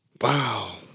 Wow